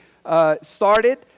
started